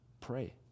pray